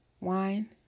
wine